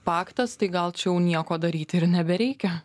paktas tai gal čia jau nieko daryti ir nebereikia